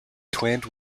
twinned